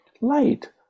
light